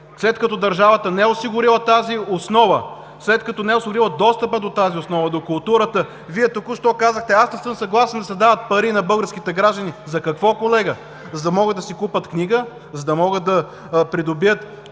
Ангелов. Държавата не е осигурила тази основа, след като не е осигурила достъпа до тази основа – до културата, Вие току-що казахте: „Аз не съм съгласен да се дават пари на българските граждани“. За какво, колега – за да могат да си купят книга, за да могат да придобият